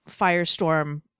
Firestorm